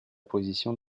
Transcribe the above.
position